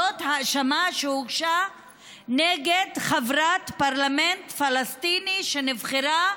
זאת ההאשמה שהוגשה נגד חברת פרלמנט פלסטיני שנבחרה,